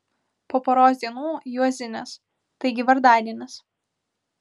po poros dienų juozinės taigi vardadienis